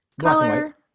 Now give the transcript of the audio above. Color